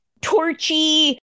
torchy